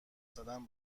زدن